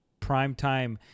primetime